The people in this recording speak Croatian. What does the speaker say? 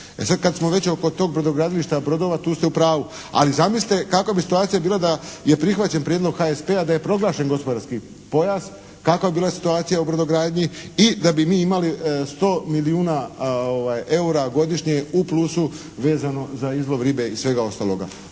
kad smo već oko tog brodogradilišta brodova tu ste u pravu. Ali zamislite kakva bi situacija bila da je prihvaćen prijedlog HSP-a da je proglašen gospodarski pojas, kakva bi bila situacija u brodogradnji i da bi mi imali 100 milijuna EUR-a godišnje u plusu vezano za izlov ribe i svega ostaloga.